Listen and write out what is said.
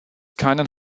keinen